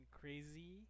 crazy